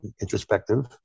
introspective